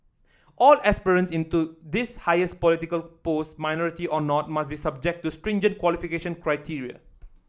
all aspirants in to this highest political post minority or not must be subject to stringent qualification criteria